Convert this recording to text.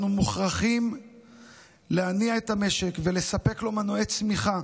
אנחנו מוכרחים להניע את המשק ולספק לו מנועי צמיחה